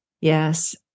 Yes